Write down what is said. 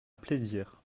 plaisir